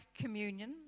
communion